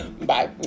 Bye